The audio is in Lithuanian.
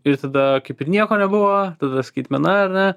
ir tada kaip ir nieko nebuvo tada skaitmena ar ne